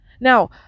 Now